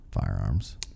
firearms